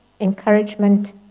encouragement